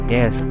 Yes